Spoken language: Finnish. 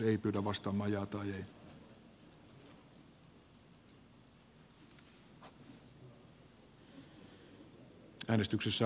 ei ole